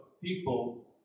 people